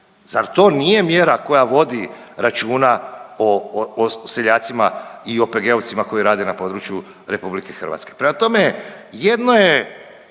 Zar to nije mjera koja vodi računa o seljacima i OPG-ovcima koji rade na području RH? Prema tome,